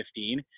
2015